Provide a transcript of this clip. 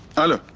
hello!